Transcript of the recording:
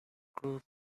group